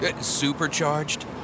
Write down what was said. Supercharged